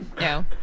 no